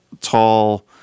tall